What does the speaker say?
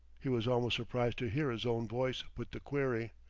he was almost surprised to hear his own voice put the query.